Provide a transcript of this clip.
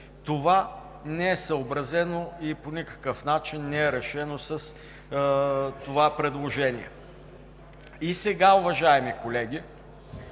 Това не е съобразено и по никакъв начин не е решено с това предложение. И сега, уважаеми колеги,